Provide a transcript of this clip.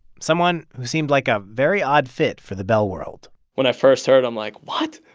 someone who seemed like a very odd fit for the bell world when i first heard, i'm like, what?